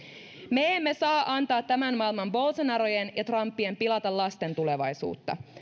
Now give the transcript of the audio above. me emme saa antaa tämän maailman bolsonarojen ja trumpien pilata lasten tulevaisuutta